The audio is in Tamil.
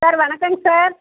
சார் வணக்கம் சார்